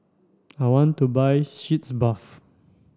I want to buy sitz bath